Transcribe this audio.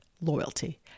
loyalty